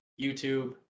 YouTube